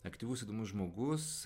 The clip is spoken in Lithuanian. aktyvus įdomus žmogus